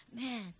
man